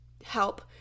help